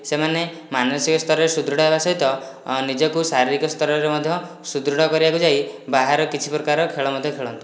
ସେମାନେ ମାନସିକ ସ୍ଥରରେ ସୁଦୃଢ଼ ହେବା ସହିତ ନିଜକୁ ଶାରୀରିକ ସ୍ଥରରେ ମଧ୍ୟ ସୁଦୃଢ଼ କରିବାକୁ ଯାଇ ବାହାରେ କିଛି ପ୍ରକାର ଖେଳ ମଧ୍ୟ ଖେଳନ୍ତୁ